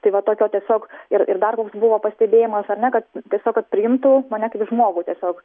tai va tokio tiesiog ir ir dar koks buvo pastebėjimas ar ne kad tiesiog kad priimtų mane kaip žmogų tiesiog